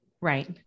Right